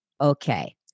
Okay